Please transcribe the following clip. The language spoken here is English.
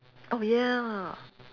oh ya